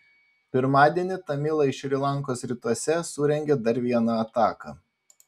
pirmadienį tamilai šri lankos rytuose surengė dar vieną ataką